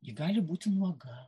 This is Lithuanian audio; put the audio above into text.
ji gali būti nuoga